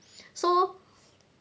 so